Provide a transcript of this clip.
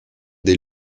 des